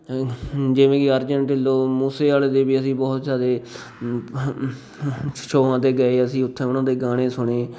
ਹ ਜਿਵੇਂ ਕਿ ਅਰਜਨ ਢਿੱਲੋਂ ਮੂਸੇ ਆਲੇ ਦੇ ਵੀ ਅਸੀਂ ਬਹੁਤ ਜ਼ਿਆਦੇ ਸ਼ੋਆਂ 'ਤੇ ਗਏ ਅਸੀਂ ਉੱਥੇ ਉਹਨਾਂ ਦੇ ਗਾਣੇ ਸੁਣੇ